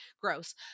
Gross